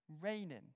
raining